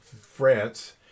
France